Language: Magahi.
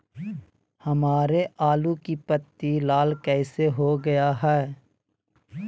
हमारे आलू की पत्ती लाल कैसे हो गया है?